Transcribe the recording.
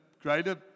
greater